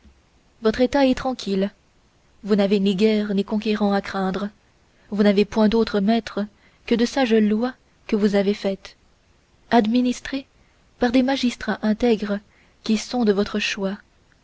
votre état est tranquille vous n'avez ni guerres ni conquérants à craindre vous n'avez point d'autres maîtres que de sages lois que vous avez faites administrées par des magistrats intègres qui sont de votre choix